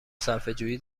صرفهجویی